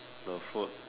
the food